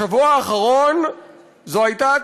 בשבוע האחרון זו הייתה התקשורת.